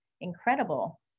incredible